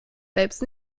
selbst